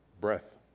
breath